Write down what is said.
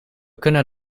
kunnen